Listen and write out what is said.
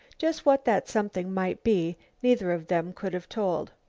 just what that something might be neither of them could have told.